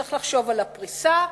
צריך לחשוב על הפריסה,